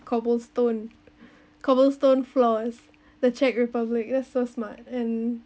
cobblestone cobblestone floors the czech republic that's so smart and